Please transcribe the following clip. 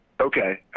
okay